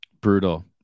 Brutal